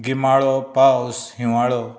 गिमाळो पावस हिंवाळो